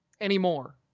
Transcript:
anymore